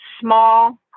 small